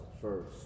first